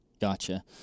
Gotcha